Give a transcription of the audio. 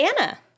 Anna